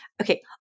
Okay